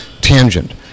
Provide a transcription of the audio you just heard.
tangent